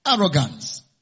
Arrogance